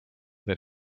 that